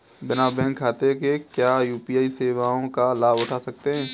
बिना बैंक खाते के क्या यू.पी.आई सेवाओं का लाभ उठा सकते हैं?